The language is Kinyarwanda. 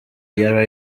iya